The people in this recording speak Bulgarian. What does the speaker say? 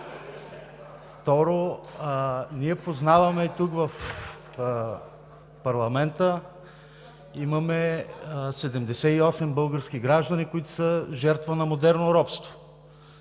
Второ, ние познаваме и тук в парламента имаме 78 български граждани, които са жертва на модерно робство